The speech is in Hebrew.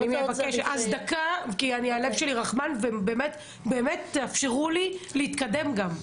אז דקה כי הלב שלי רחמן ותאפשרו לי להתקדם גם.